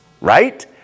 right